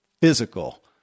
Physical